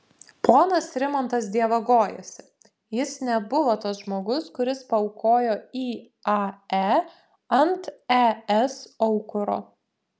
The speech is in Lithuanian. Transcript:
ponas rimantas dievagojasi jis nebuvo tas žmogus kuris paaukojo iae ant es aukuro